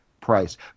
price